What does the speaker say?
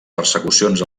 persecucions